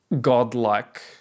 godlike